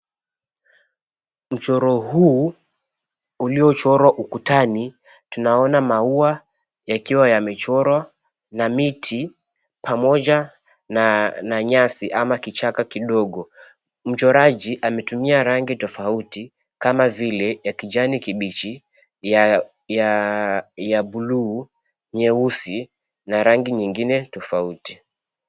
Mchoro huu uliochorwa ukutani, tunaona maua yakiwa yamechorwa na miti pamoja na nyasi ama kichaka kidogo. Mchoraji ametumia rangi tofauti kama vile ya kijani kibichi, ya bluu, nyeusi na rangi nyingine tofauti.